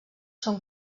són